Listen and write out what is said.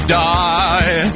die